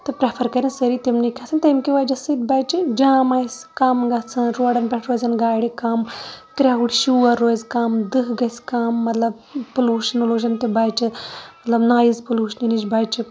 تہٕ پرٛفَر کَران سٲری تِمنٕے کھَسُن تمکہِ وَجہ سۭتۍ بَچہِ جام آسہِ کَم گَژھان روڈَن پیٚٹھ روزَن گاڑِ کَم کرَوُڈ شور روزِ کَم دٕہۍ گَژھِ کَم مَطلَب پُلوٗشَن وُلوٗشَن تہٕ بَچہِ مَطلَب نویِز پُلوٗشنہٕ نِش بَچہِ